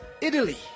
Italy